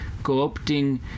co-opting